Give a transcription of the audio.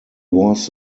was